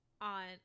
on